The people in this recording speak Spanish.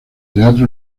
teatro